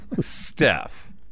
Steph